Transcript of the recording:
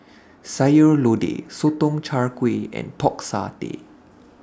Sayur Lodeh Sotong Char Kway and Pork Satay